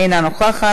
אינה נוכחת,